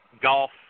golf